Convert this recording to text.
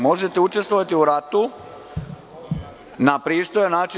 Možete učestvovati u ratu na pristojan način.